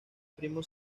primo